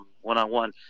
one-on-one